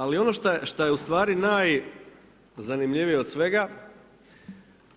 Ali ono što je u stvari najzanimljivije od svega,